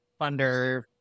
funder